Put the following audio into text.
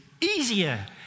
easier